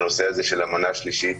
בנושא הזה של המנה השלישית,